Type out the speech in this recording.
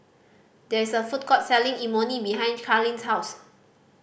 there is a food court selling Imoni behind Carlene's house